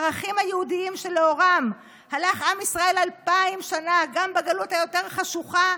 הערכים היהודיים שלאורם הלך עם ישראל אלפיים שנה גם בגלות היותר-חשוכה,